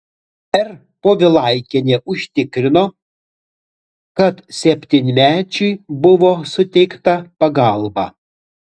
r povilaikienė užtikrino kad septynmečiui buvo suteikta pagalba